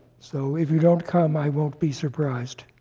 so if you don't come, i won't be surprised.